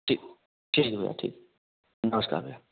ठीक ठीक है भैया ठीक है नमस्कार भैया